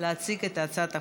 להציג את הצעת החוק.